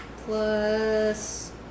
Plus